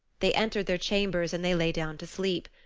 they entered their chambers and they lay down to sleep.